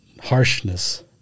Harshness